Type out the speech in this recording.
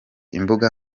imbuga